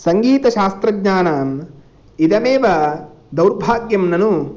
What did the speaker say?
सङ्गीतशास्त्रज्ञानाम् इदमेव दौर्भाग्यं ननु